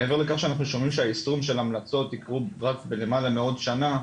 מעבר לכך שאנחנו שומעים שהיישום של ההמלצות יקרו בלמעלה מעוד שנה,